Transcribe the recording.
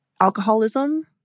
alcoholism